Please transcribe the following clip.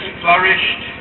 flourished